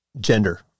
gender